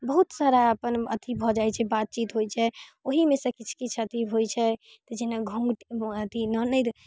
बहुत सारा अपन अथी भऽ जाइ छै बातचीत होइ छै ओहिमे सँ किछु किछु अथी होइ छै तऽ जेना घूँघ अथी ननदि